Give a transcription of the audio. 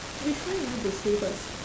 which one you want to say first